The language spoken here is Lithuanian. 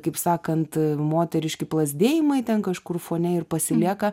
kaip sakant moteriški plazdėjimai ten kažkur fone ir pasilieka